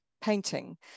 painting